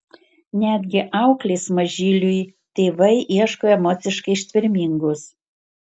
netgi auklės mažyliui tėvai ieško emociškai ištvermingos